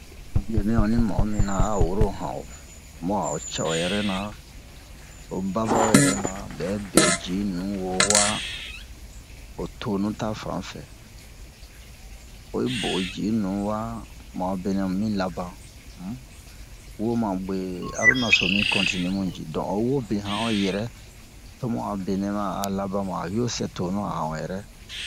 Biɛ mɛ onni wa'o mina a woro han o mu'a a'o cɛ o yɛrɛna o baba o yɛrɛna bɛ be'o ji'i nu wo wa ho tonu ta fanfɛ oyi bo o ji'i nu wa mu a benɛ mu mi laban um wo ma bwe aro naso mi kontinie mu ji don oyi wo be yan o yɛrɛ to mu a benɛ ma a laban mu a hio sɛ tonu han o yɛrɛ